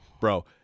Bro